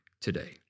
today